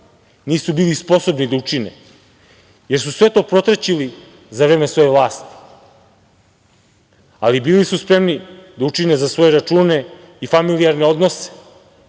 nisu bili sposobni da učine, jer su sve to protraćili za vreme svoje vlasti. Ali, bili su spremni da učine za svoje račune u familijarne odnose